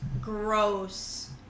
gross